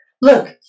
Look